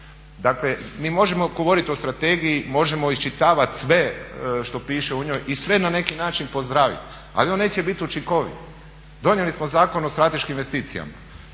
Dakle, mi možemo govoriti o strategiji, možemo iščitavati sve što piše u njoj i sve na neki način pozdraviti ali on neće biti učinkovit. Donijeli smo Zakon o strateškim investicijama.